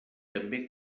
també